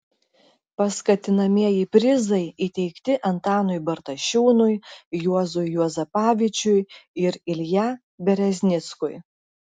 paskatinamieji prizai įteikti antanui bartašiūnui juozui juozapavičiui ir ilja bereznickui